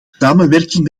samenwerking